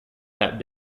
that